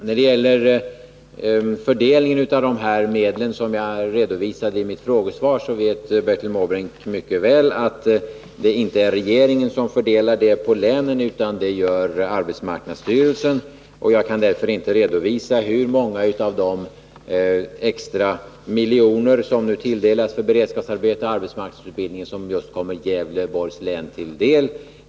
När det gäller fördelningen av medlen som jag redovisade i mitt frågesvar, så vet Bertil Måbrink mycket väl att det inte är regeringen som fördelar medlen på länen, utan det gör arbetsmarknadsstyrelsen. Jag kan därför inte redovisa hur många av de extra miljoner som nu tilldelas för beredskapsarbete och arbetsmarknadsutbildning som kommer Gävleborgs län till del.